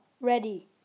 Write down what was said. ready